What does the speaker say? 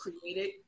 created